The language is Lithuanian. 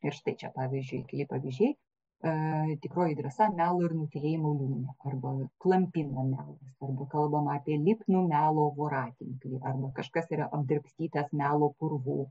ir štai čia pavyzdžiui keli pavyzdžiai a tikroji drąsa melo ir nutylėjimų liūne arba klampiname svarbu kalbama apie lipnų melo voratinklį arba kažkas yra apdrabstytas melo purvu